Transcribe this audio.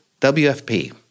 WFP